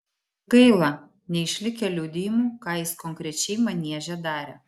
gaila neišlikę liudijimų ką jis konkrečiai manieže darė